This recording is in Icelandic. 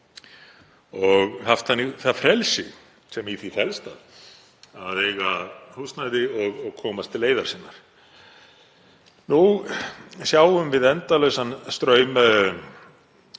og haft þannig það frelsi sem í því felst að eiga húsnæði og komast leiðar sinnar. Nú sjáum við endalausan straum